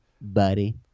buddy